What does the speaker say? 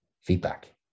Feedback